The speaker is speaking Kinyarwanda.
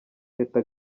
teta